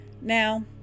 Now